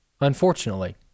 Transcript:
Unfortunately